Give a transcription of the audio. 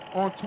on